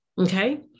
Okay